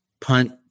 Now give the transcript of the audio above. punt